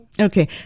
okay